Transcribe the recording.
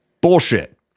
Bullshit